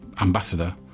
ambassador